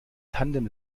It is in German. tandem